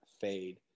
fade